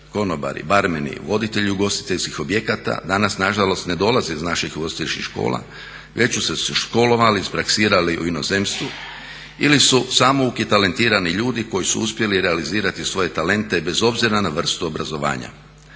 konobari, barmeni, voditelji ugostiteljskih objekata danas nažalost ne dolaze iz naših ugostiteljskih škola već su se školovali, ispraksirali u inozemstvu ili su samouki talentirani ljudi koji su uspjeli realizirati svoje talente i bez obzira na vrstu obrazovanja.